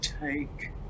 take